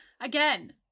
Again